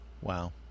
Wow